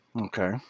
Okay